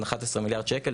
של 11 מיליארד שקל.